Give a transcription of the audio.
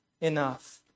enough